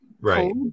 Right